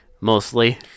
Mostly